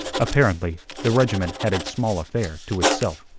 apparently, the regiment had its small affair to itself.